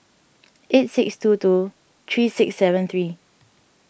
eight six two two three six seven three